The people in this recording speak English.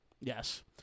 yes